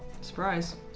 Surprise